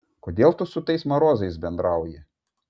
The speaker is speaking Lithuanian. kodėl tu su tais marozais bendrauji